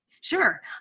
Sure